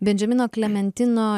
bendžemino klementino